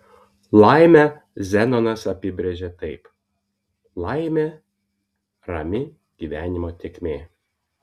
laimę zenonas apibrėžė taip laimė rami gyvenimo tėkmė